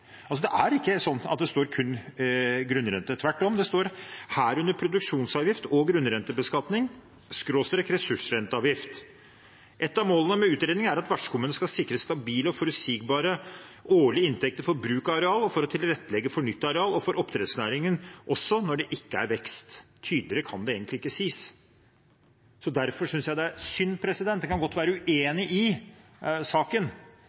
altså en annen konklusjon på bordet, som Stortinget ber statsråden om å iverksette utredning av. Det står ikke kun grunnrente, tvert om, det står «herunder produksjonsavgift og grunnrentebeskatning/ressursrenteavgift». Et av målene med utredningen er at vertskommuner skal sikre stabile og forutsigbare årlige inntekter for bruk av areal og for å tilrettelegge for nytt areal, og for oppdrettsnæringen også når det ikke er vekst. Tydeligere kan det egentlig ikke sies. Derfor synes jeg det er synd – vi kan godt være uenige i saken